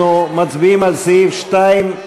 אנחנו מצביעים על סעיף 2(3),